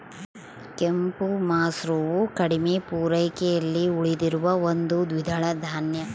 ಕೆಂಪು ಮಸೂರವು ಕಡಿಮೆ ಪೂರೈಕೆಯಲ್ಲಿ ಉಳಿದಿರುವ ಒಂದು ದ್ವಿದಳ ಧಾನ್ಯ